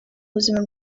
buzima